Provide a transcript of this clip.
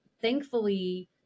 thankfully